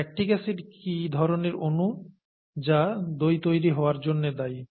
lactic acid কি ধরনের অনু যা দই তৈরি হওয়ার জন্য দায়ী